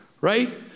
right